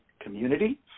Community